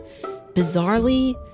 Bizarrely